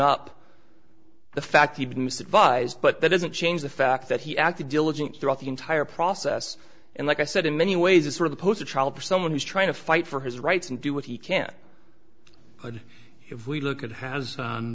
up the fact that vies but that doesn't change the fact that he acted diligent throughout the entire process and like i said in many ways is sort of a poster child for someone who's trying to fight for his rights and do what he can but if we look at has